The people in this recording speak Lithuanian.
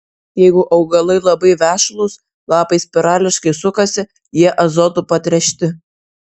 jeigu augalai labai vešlūs lapai spirališkai sukasi jie azotu patręšti